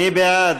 מי בעד?